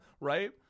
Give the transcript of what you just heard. right